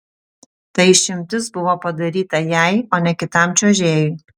ta išimtis buvo padaryta jai o ne kitam čiuožėjui